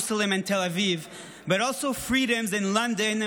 and Tel Aviv but also freedoms in London,